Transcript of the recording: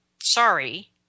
Sorry